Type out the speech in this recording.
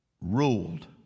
ruled